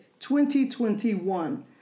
2021